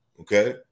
okay